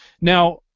Now